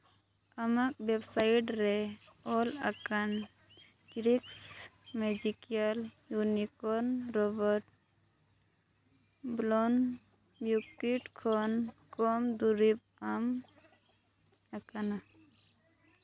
ᱟᱢᱟᱜ ᱳᱭᱮᱵᱽᱥᱟᱹᱭᱤᱴ ᱨᱮ ᱚᱞ ᱟᱠᱟᱱ ᱪᱮᱨᱤᱥᱮᱠᱥ ᱢᱮᱡᱤᱠᱮᱞ ᱤᱭᱩᱱᱤᱠᱚᱨᱱ ᱨᱟᱵᱟᱨ ᱵᱮᱞᱩᱱ ᱵᱤᱣᱩᱠᱤᱴ ᱠᱷᱚᱱ ᱠᱚᱢ ᱫᱩᱨᱤᱵᱽ ᱧᱟᱢ ᱟᱠᱟᱱᱟ